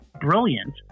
brilliant